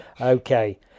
Okay